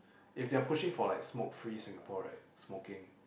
if they are pushing for like smoke free Singapore right smoking